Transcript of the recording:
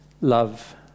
love